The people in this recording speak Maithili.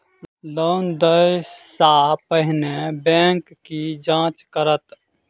लोन देय सा पहिने बैंक की जाँच करत?